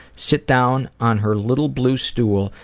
sit down on her little blue stool,